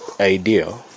idea